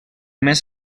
més